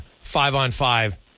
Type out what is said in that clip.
five-on-five